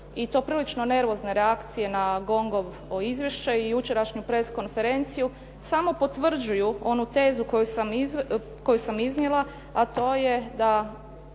i to prilično nervozne reakcije na GONG-ovo izvješće i jučerašnju press konferenciju samo potvrđuju onu tezu koju sam iznijela, a to je da